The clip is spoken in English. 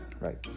right